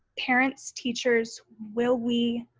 parents, teachers will we,